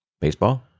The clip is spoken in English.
Baseball